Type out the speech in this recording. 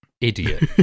Idiot